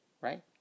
Right